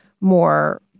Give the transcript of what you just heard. more